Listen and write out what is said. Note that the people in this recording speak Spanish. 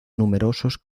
numerosos